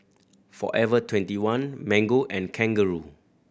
Forever Twenty one Mango and Kangaroo